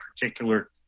particular